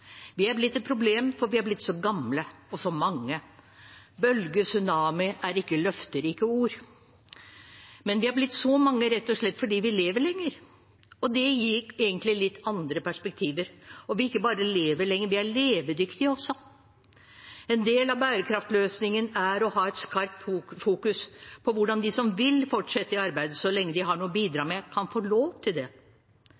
Vi er blitt et problem, for vi er blitt så gamle og så mange. «Bølge» og «tsunami» er ikke løfterike ord. Men vi er blitt så mange rett og slett fordi vi lever lenger, og det gir egentlig litt andre perspektiver. Og ikke bare lever vi lenger, vi er levedyktige også. En del av bærekraftsløsningen er å ha et skarpt fokus på hvordan de som vil fortsette i arbeid så lenge de har noe å bidra